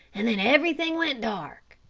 and then everything went dark.